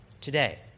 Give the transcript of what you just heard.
today